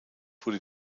wurde